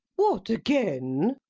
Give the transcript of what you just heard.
what, again?